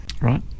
Right